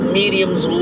mediums